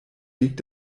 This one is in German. liegt